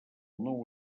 nou